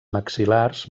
maxil·lars